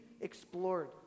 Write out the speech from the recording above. explored